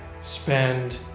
spend